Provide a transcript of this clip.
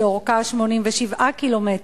שאורכה 87 קילומטר,